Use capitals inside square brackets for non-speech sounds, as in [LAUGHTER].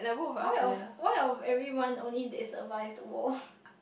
why of why of everyone only they survive the war [BREATH]